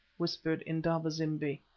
whispered indaba-zimbi.